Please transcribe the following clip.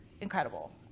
incredible